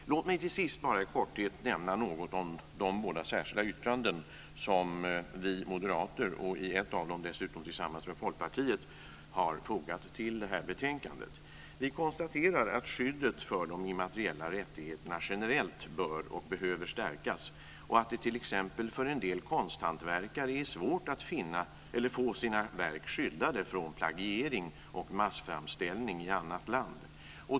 Låt mig till sist bara i korthet nämna något om de båda särskilda yttranden som vi moderater, och i ett av dem dessutom tillsammans med Folkpartiet, har fogat till det här betänkandet. Vi konstaterar att skyddet för de immateriella rättigheterna generellt bör och behöver stärkas och att det t.ex. för en del konsthantverkare är svårt att få sina verk skyddade från plagiering och massframställning i annat land.